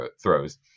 throws